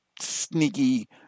sneaky